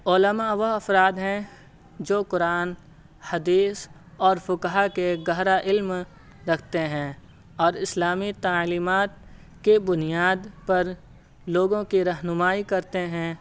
علما وہ افراد ہیں جو قرآن حدیث اور فقہا کے گہرا علم رکھتے ہیں اور اسلامی تعلیمات کے بنیاد پر لوگوں کی رہنمائی کرتے ہیں